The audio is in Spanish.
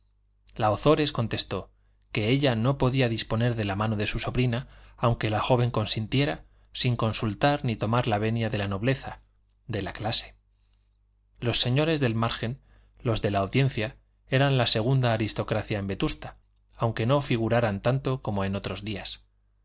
la ozores contestó que ella no podía disponer de la mano de su sobrina aunque la joven consintiera sin consultar sin tomar la venia de la nobleza de la clase los señores del margen los de la audiencia eran la segunda aristocracia en vetusta aunque no figuraban tanto como en otros días